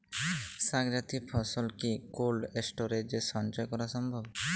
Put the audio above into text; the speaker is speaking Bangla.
শাক জাতীয় ফসল কি কোল্ড স্টোরেজে সঞ্চয় করা সম্ভব?